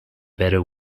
better